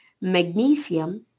magnesium